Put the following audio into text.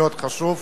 הוא חשוב מאוד,